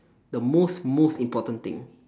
the most most important thing